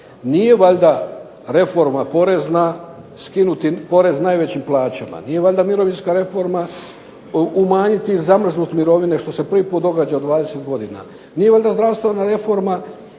Nije valjda reforma porezna skinuti porez najvećim plaćama. Nije valjda mirovinska reforma umanjiti ili zamrznuti mirovine što se prvi put događa u 20 godina. Nije valjda zdravstvena reforma